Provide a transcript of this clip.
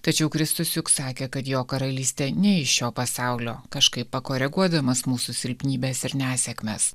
tačiau kristus juk sakė kad jo karalystė ne iš šio pasaulio kažkaip pakoreguodamas mūsų silpnybes ir nesėkmes